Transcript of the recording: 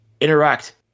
interact